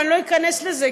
ואני לא אכנס לזה,